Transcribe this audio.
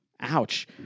Ouch